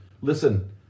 Listen